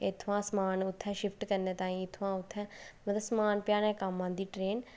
इ'त्थुआं समान उत्थै शिफ्ट करने ताहीं उत्थै समान पजाने दे कम्म आंदी ट्रेन